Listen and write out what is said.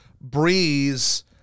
Breeze